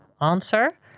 answer